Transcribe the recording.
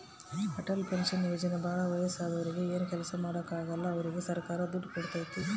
Atal pension ಯೋಜನೆ ಭಾಳ ವಯಸ್ಸಾದೂರಿಗೆ ಏನು ಕೆಲ್ಸ ಮಾಡಾಕ ಆಗಲ್ಲ ಅವ್ರಿಗೆ ಸರ್ಕಾರ ದುಡ್ಡು ಕೋಡ್ತೈತಿ